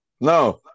no